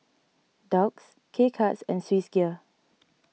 Doux K Cuts and Swissgear